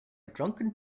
drunken